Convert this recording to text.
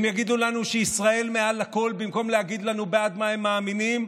הם יגידו לנו שישראל מעל הכול במקום להגיד לנו בעד מה הם מאמינים,